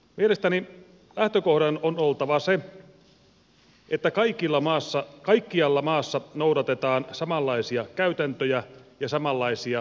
mielestäni lähtökohdan on oltava se että kaikkialla maassa noudatetaan samanlaisia käytäntöjä ja samanlaisia toimintamalleja